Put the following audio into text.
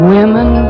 Women